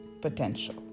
Potential